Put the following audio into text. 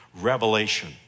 revelation